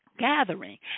Gathering